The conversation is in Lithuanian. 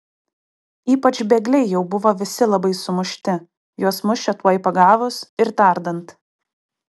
ypač bėgliai jau buvo visi labai sumušti juos mušė tuoj pagavus ir tardant